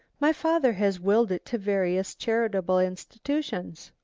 my father has willed it to various charitable institutions.